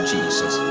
Jesus